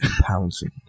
Pouncing